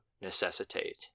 necessitate